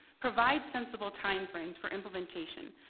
provide sensible timeframes for implementation.